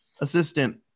assistant